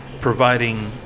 providing